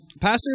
Pastor